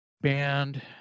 band